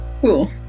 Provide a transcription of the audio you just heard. Cool